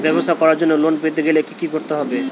ব্যবসা করার জন্য লোন পেতে গেলে কি কি করতে হবে?